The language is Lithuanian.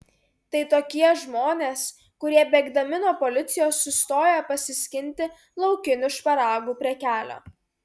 tai tokie žmonės kurie bėgdami nuo policijos sustoja pasiskinti laukinių šparagų prie kelio